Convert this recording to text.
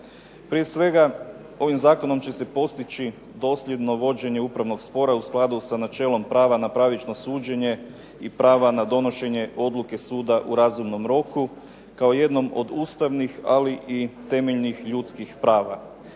Prije svega, ovim zakonom će se postići dosljedno vođenje upravnog spora, u skladu sa načelom prava na pravično suđenje i prava na donošenje odluke suda u razumnom roku, kao jednom od ustavnih, ali i temeljnih ljudskih prava.